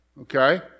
okay